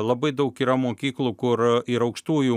labai daug yra mokyklų kur ir aukštųjų